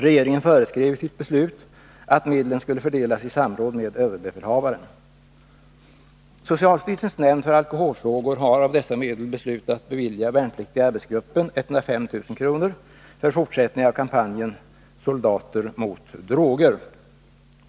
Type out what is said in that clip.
Regeringen föreskrev i sitt beslut att medlen skulle fördelas i samråd med överbefälhavaren. Socialstyrelsens nämnd för alkoholfrågor har av dessa medel beslutat bevilja Värnpliktiga arbetsgruppen 105 000 kr. för fortsättning av kampanjen Soldater mot droger.